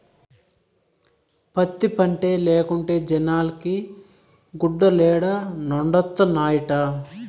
పత్తి పంటే లేకుంటే జనాలకి గుడ్డలేడనొండత్తనాయిట